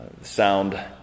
sound